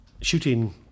shooting